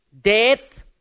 death